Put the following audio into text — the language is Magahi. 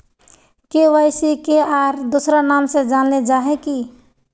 के.वाई.सी के आर दोसरा नाम से जानले जाहा है की?